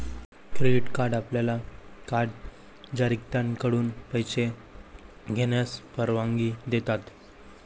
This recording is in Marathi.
क्रेडिट कार्ड आपल्याला कार्ड जारीकर्त्याकडून पैसे घेण्यास परवानगी देतात